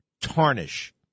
tarnish